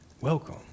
Welcome